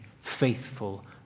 faithful